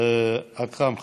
אכרם חסון,